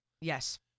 Yes